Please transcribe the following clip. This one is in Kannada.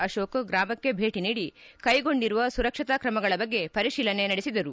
ಅಶೋಕ್ ಗ್ರಾಮಕ್ಕೆ ಭೇಟಿ ನೀಡಿ ಕೈಗೊಂಡಿರುವ ಸುರಕ್ಷತಾ ಕ್ರಮಗಳ ಬಗ್ಗೆ ಪರಿಶೀಲನೆ ನಡೆಸಿದರು